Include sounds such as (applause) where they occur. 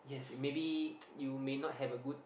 maybe (noise) you may not have a good